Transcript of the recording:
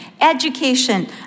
education